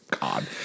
God